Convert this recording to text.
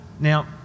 Now